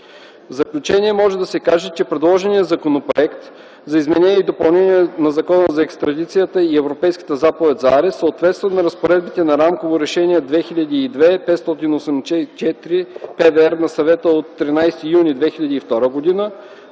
В заключение може да се каже, че предложеният Законопроект за изменение и допълнение на Закона за екстрадицията и Европейската заповед за арест съответства на разпоредбите на Рамково решение 2002/584/ПВР на Съвета от 13 юни 2002 г.